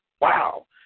wow